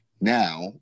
Now